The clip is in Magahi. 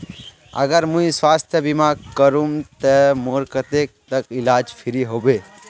अगर मुई स्वास्थ्य बीमा करूम ते मोर कतेक तक इलाज फ्री होबे?